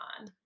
on